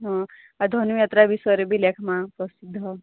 ହଁ ଆଉ ଧନୁଯାତ୍ରା ବିଷୟରେ ବି ଲେଖମା ପ୍ରସିଦ୍ଧ